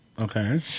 Okay